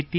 T